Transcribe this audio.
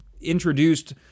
introduced